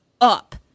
up